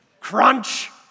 Crunch